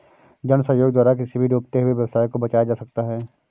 जन सहयोग द्वारा किसी भी डूबते हुए व्यवसाय को बचाया जा सकता है